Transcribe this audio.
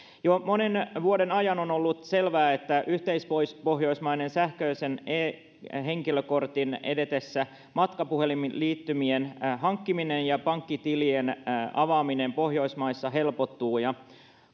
jo monen vuoden ajan on ollut selvää että yhteispohjoismaisen sähköisen e henkilökortin edetessä matkapuhelinliittymien hankkiminen ja pankkitilien avaaminen pohjoismaissa helpottuu ja